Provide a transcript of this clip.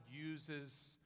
uses